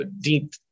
deep